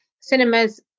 cinemas